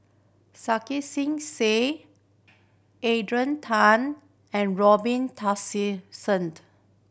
Sarkasi Said Adrian Tan and Robin Tessensohned